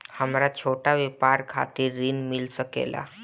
हमरा छोटा व्यापार खातिर ऋण मिल सके ला?